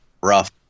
rough